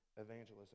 evangelism